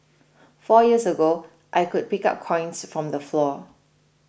four years ago I could pick up coins from the floor